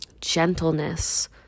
gentleness